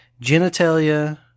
genitalia